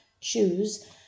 choose